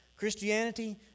Christianity